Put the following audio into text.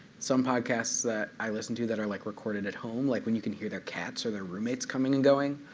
some podcasts that i listen to that are like recorded at home, like when you can hear their cats or their roommates coming and going,